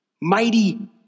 Mighty